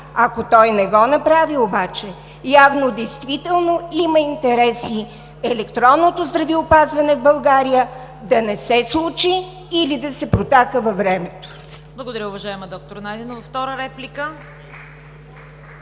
Ако той не го направи обаче, явно действително има интереси електронното здравеопазване в България да не се случи или да се протака във времето. ПРЕДСЕДАТЕЛ ЦВЕТА КАРАЯНЧЕВА: Благодаря, уважаема доктор Найденова. Втора реплика?